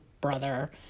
brother